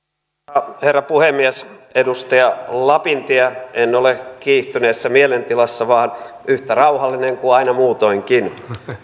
arvoisa herra puhemies edustaja lapintie en ole kiihtyneessä mielentilassa vaan yhtä rauhallinen kuin aina muutoinkin